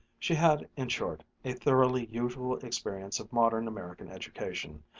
she had, in short, a thoroughly usual experience of modern american education,